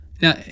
now